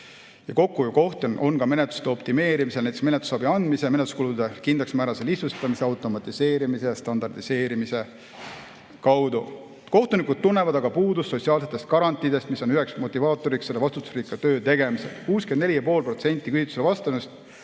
Kokkuhoiukohti on ka menetluste optimeerimisel, olgu näiteks menetlusabi andmise ja menetluskulude kindlaksmääramise lihtsustamine, automatiseerimine ja standardiseerimine. Kohtunikud tunnevad aga puudust sotsiaalsetest garantiidest, mis on üheks motivaatoriks selle vastutusrikka töö tegemisel. 64,5% küsitlusele